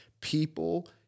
people